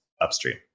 Upstream